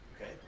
Okay